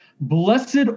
Blessed